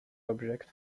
object